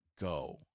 go